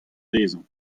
dezhañ